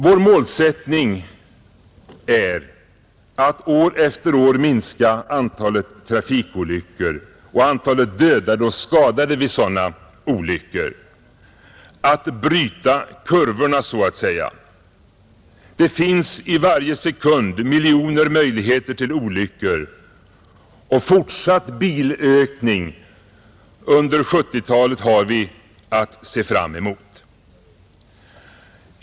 Vår målsättning är att år från år minska antalet trafikolyckor och antalet dödade och skadade vid sådana olyckor — att så att säga bryta kurvorna, Det finns i varje sekund miljoner möjligheter till olyckor, och vi har att se fram emot fortsatt ökning av bilbeståndet under 1970-talet.